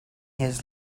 his